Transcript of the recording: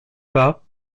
pas